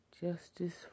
Justice